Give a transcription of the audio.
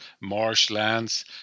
marshlands